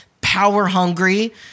power-hungry